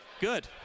Good